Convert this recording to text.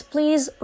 Please